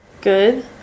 Good